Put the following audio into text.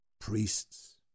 Priests